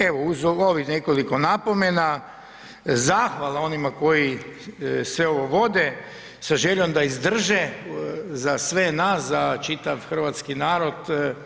Evo uz ovih nekoliko napomena zahvala onima koji sve ovo vode sa željom da izdrže za sve nas, za čitav hrvatski narod.